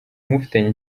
mufitanye